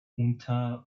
unter